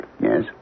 Yes